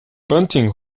bunting